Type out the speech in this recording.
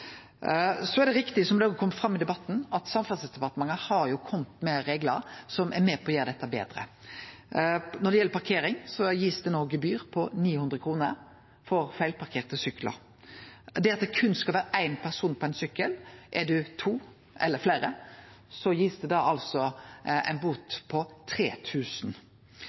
Så er det riktig som det òg har kome fram i debatten, at Samferdselsdepartementet har kome med reglar som er med på å gjere dette betre. Når det gjeld parkering, blir det no gitt gebyr på 900 kr for feilparkerte syklar. Det skal vere berre éin person på ein sykkel. Er det to eller fleire, blir det gitt ei bot på